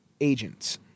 agents